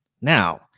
Now